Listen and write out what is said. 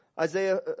Isaiah